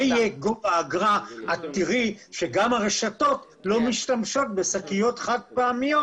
כשזה יהיה גובה האגרה את תראי שגם הרשתות לא משתמשות בשקיות חד-פעמיות